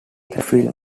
film